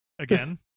again